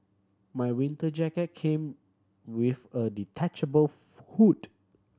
my winter jacket came with a detachable hood